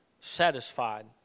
Satisfied